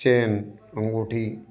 chain अंगूठी